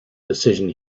decision